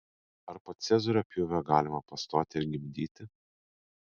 ar po cezario pjūvio galima pastoti ir gimdyti